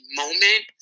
moment